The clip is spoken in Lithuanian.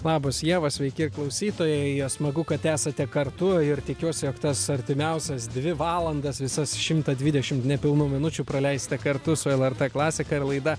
labas ieva sveiki klausytojai jo smagu kad esate kartu ir tikiuosi jog tas artimiausias dvi valandas visas šimtą dvidešim nepilnų minučių praleisite kartu su lrt klasika ir laida